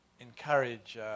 Encourage